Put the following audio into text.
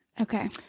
Okay